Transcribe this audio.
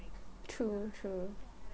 true true